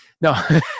No